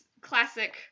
classic